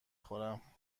خورم